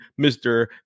Mr